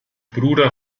bruder